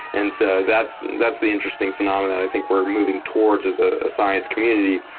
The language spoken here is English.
and so that's that's the interesting phenomena that i think we're moving towards as a science community.